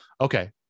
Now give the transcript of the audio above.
okay